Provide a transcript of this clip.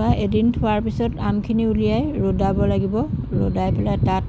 বা এদিন থোৱাৰ পিছত আমখিনি উলিয়াই ৰ'দাব লাগিব ৰ'দাই পেলাই তাত